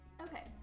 Okay